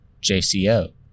JCO